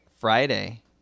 Friday